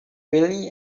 really